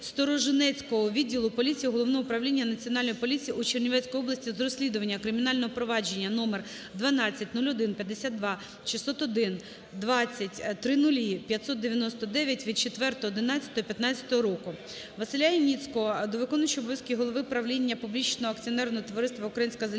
Сторожинецького відділу поліції Головного управління Національної поліції у Чернівецькій області з розслідування кримінального провадження № 12015260120000599 від 04.11.15 року. Василя Яніцького до виконуючого обов'язки голови правління публічного